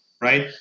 right